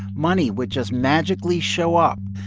money would just magically show up,